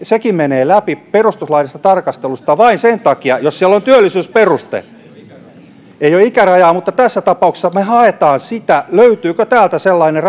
sekin menee läpi perustuslaillisesta tarkastelusta vain sen takia jos siellä on työllisyysperuste ei ole ikärajaa mutta tässä tapauksessa me haemme sitä löytyykö täältä sellainen